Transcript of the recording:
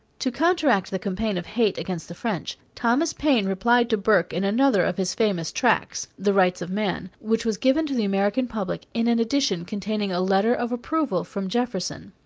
to counteract the campaign of hate against the french, thomas paine replied to burke in another of his famous tracts, the rights of man, which was given to the american public in an edition containing a letter of approval from jefferson.